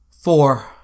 Four